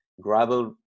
gravel